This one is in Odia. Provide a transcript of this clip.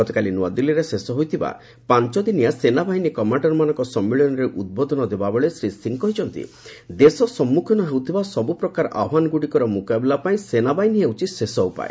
ଗତକାଲି ନ୍ତଆଦିଲ୍ଲୀରେ ଶେଷ ହୋଇଥିବା ପାଞ୍ଚ ଦିନିଆ ସେନାବାହିନୀ କମାଣ୍ଡରମାନଙ୍କ ସମ୍ମିଳନୀରେ ଉଦ୍ବୋଧନ ଦେଲା ବେଳେ ଶ୍ରୀ ସିଂହ କହିଛନ୍ତି ଦେଶ ସମ୍ମୁଖୀନ ହେଉଥିବା ସବୁ ପ୍ରକାର ଆହ୍ୱାନଗୁଡ଼ିକର ମୁକାବିଲା ପାଇଁ ସେନାବାହିନୀ ହେଉଛି ଶେଷ ଉପାୟ